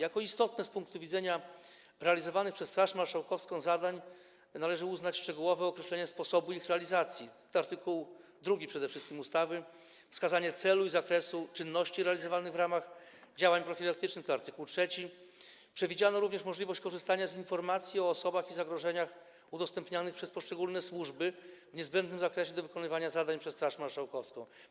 Za istotne z punktu widzenia realizowanych przez Straż Marszałkowską zadań należy uznać szczegółowe określenie sposobu ich realizacji - to przede wszystkim art. 2 ustawy, wskazanie celu i zakresu czynności realizowanych w ramach działań profilaktycznych - to art. 3, przewidziano również możliwość korzystania z informacji o osobach i zagrożeniach udostępnianych przez poszczególne służby w zakresie niezbędnym do wykonywania zadań przez Straż Marszałkowską.